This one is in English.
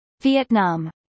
Vietnam